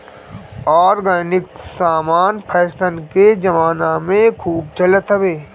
organic समान fashion के जमाना में खूब चलत हवे